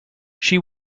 she